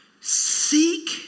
Seek